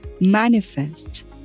manifest